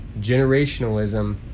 generationalism